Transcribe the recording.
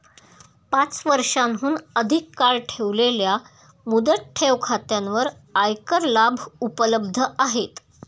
पाच वर्षांहून अधिक काळ ठेवलेल्या मुदत ठेव खात्यांवर आयकर लाभ उपलब्ध आहेत